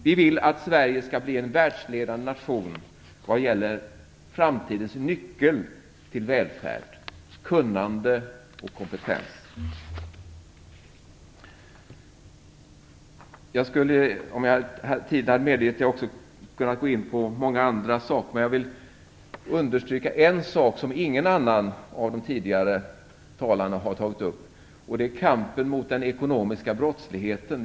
Vi vill att Sverige skall bli en världsledande nation vad gäller framtidens nyckel till välfärd - kunnande och kompetens. Om tiden hade medgett det skulle jag också ha kunnat gå in på många andra områden. Jag vill dock understryka en sak som ingen av de föregående talarna har tagit upp, nämligen kampen mot den ekonomiska brottsligheten.